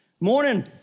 Morning